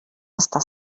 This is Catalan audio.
estar